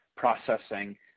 processing